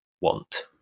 want